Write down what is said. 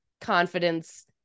confidence